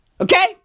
Okay